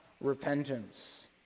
repentance